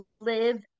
live